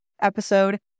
episode